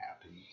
happy